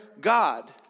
God